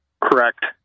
Correct